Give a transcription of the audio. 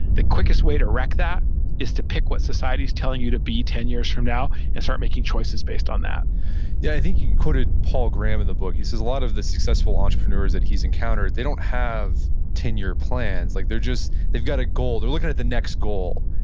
the quickest way to wreck that is to pick what society's telling you to be ten years from now and start making choices based on that yeah, i think you quoted paul graham in the book. he says a lot of the successful entrepreneurs that he's encountered, they don't have ten year plans. like they're just, they've got a goal. they're looking at the next goal.